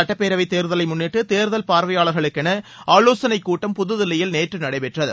சட்டப்பேரவைத் தேர்தலை முன்னிட்டு தேர்தல் பார்வையாளர்களுக்கென ஆலோசனை கூட்டம் புதுதில்லியில் நேற்று நடைபெற்றது